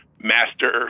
master